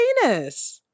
penis